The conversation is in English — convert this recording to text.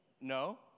No